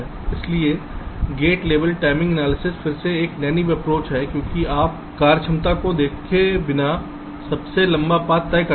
इसलिए gate level timing analysis फिर से एक नैनीव अप्रोच है क्योंकि आप कार्यक्षमता को देखे बिना सबसे लंबा पाथ तय करते हैं